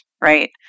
Right